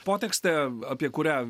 potekstė apie kurią